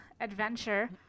adventure